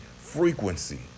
frequency